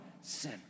sin